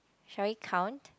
shall we count